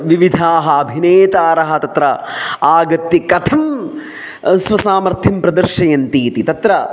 विविधाः अभिनेतारः तत्र आगत्य कथं स्वसामर्थ्यं प्रदर्शयन्ति इति तत्र